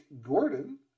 Gordon